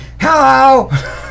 hello